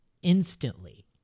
instantly